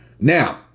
Now